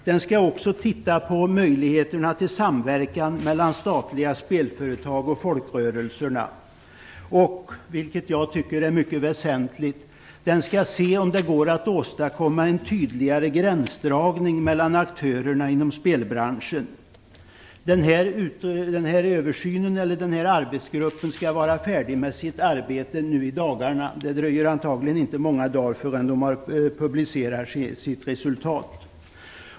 Den skall också titta på möjligheterna till samverkan mellan statliga spelföretag och folkrörelserna. Den skall vidare, vilket jag tycker är mycket väsentligt, se om det går att åstadkomma en tydligare gränsdragning mellan aktörerna inom spelbranschen. Arbetsgruppen skall vara färdig med sitt arbete nu i dagarna - det dröjer antagligen inte många dagar förrän man publicerar sitt resultat.